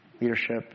leadership